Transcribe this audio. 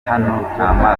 nta